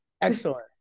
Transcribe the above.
Excellent